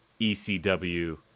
ECW